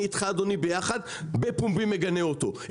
אני איתך אדוני ביחד בפומבי מגנה אותו.